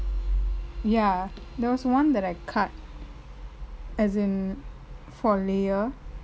ya there was one that I cut as in for layer